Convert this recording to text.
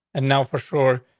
and now for sure,